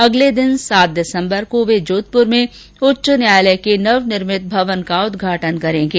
अगले दिन सात दिसम्बर को वे जोधपुर में उच्च न्यायालय के नवनिर्मित भवन का उद्घाटन करेंगे